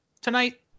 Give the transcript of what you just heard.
Tonight